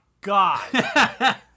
god